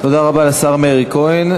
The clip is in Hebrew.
תודה רבה לשר מאיר כהן.